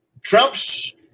Trump's